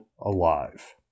alive